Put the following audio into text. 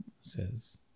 says